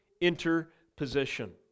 interposition